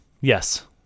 yes